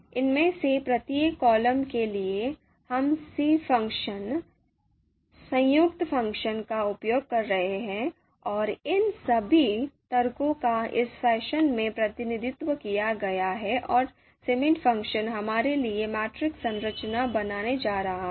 इसलिए इनमें से प्रत्येक कॉलम के लिए हम सी फ़ंक्शन संयुक्त फ़ंक्शन का उपयोग कर रहे हैं और इन सभी तर्कों का इस फैशन में प्रतिनिधित्व किया गया है और सिबिंड फ़ंक्शन हमारे लिए मैट्रिक्स संरचना बनाने जा रहा है